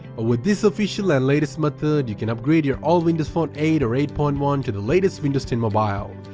with this official and latest method you can upgrade your old windows phone eight or eight point one to the latest windows ten mobile,